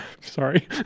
Sorry